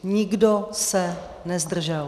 Nikdo se nezdržel.